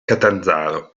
catanzaro